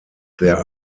there